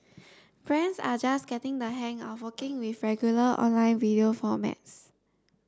brands are just getting the hang of working with regular online video formats